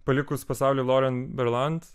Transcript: palikus pasaulį loren berland